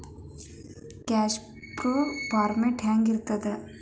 Cash flow format ಹೆಂಗಿರ್ತದ?